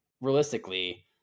realistically